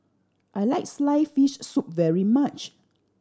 I like sliced fish soup very much